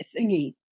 thingy